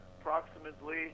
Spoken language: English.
approximately